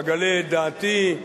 אגלה את דעתי,